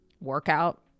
workout